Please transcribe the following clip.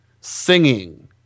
singing